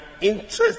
interest